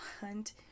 hunt